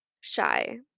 shy